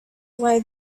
why